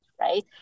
right